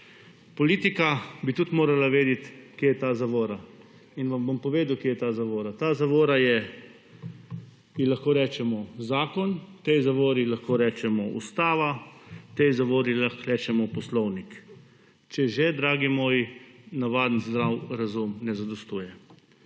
Politika bi tudi morala vedeti kje je ta zavora. Vam bom povedal kje je ta zavora. Ta zavora je ji lahko rečemo zakon, tej zavori lahko rečemo Ustava tej zavori lahko rečemo Poslovnik, če že dragi moji navaden zdrav razum ne zadostuje.